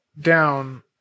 down